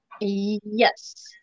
Yes